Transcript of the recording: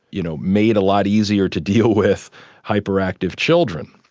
you know made a lot easier to deal with hyperactive children.